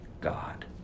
God